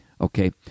okay